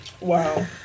Wow